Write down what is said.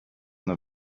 nur